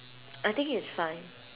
I think it's fine